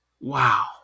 Wow